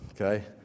okay